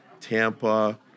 Tampa